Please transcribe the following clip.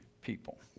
people